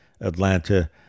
Atlanta